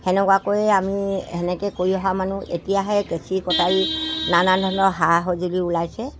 সেনেকুৱাকৈয়ে আমি সেনেকৈ কৰি অহা মানুহ এতিয়াহে কেঁচি কটাৰী নানান ধৰণৰ সা সঁজুলি ওলাইছে